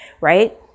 right